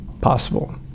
possible